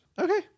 okay